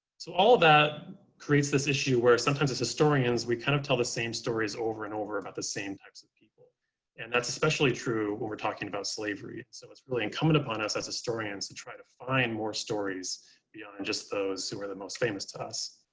so all that creates this issue where sometimes as historians we kind of tell the same stories over and over about the same types of people and that it's especially true when we're talking about slavery. so it's really incumbent upon us as historians to try to find more stories beyond and just those who are the most famous to us.